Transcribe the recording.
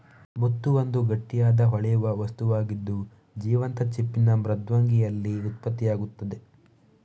ಮುತ್ತು ಒಂದು ಗಟ್ಟಿಯಾದ, ಹೊಳೆಯುವ ವಸ್ತುವಾಗಿದ್ದು, ಜೀವಂತ ಚಿಪ್ಪಿನ ಮೃದ್ವಂಗಿಯಲ್ಲಿ ಉತ್ಪತ್ತಿಯಾಗ್ತದೆ